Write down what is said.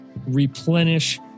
replenish